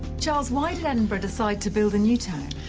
charles, why did edinburgh decide to build a new town?